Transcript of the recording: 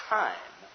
time